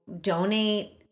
donate